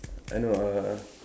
I know uh